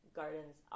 gardens